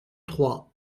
trois